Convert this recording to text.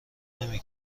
نمی